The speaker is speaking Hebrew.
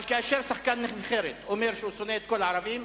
אבל כאשר שחקן נבחרת אומר שהוא שונא את כל הערבים,